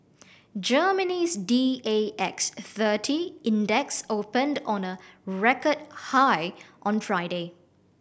Germany's D A X thirty index opened on a record high on Friday